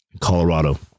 Colorado